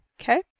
Okay